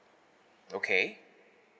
okay